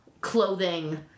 clothing